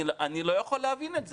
אני לא יכול להבין את זה.